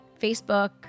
Facebook